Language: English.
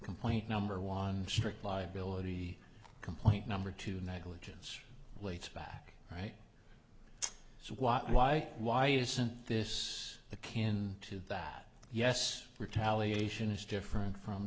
complaint number one strict liability complaint number two negligence relates back right so why why why isn't this a can to that yes retaliation is different from